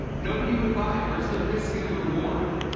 nobody would buy it. where's the risk and the reward?